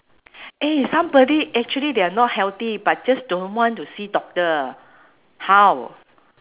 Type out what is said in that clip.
eh somebody actually they are not healthy but just don't want to see doctor how